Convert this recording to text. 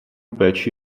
péči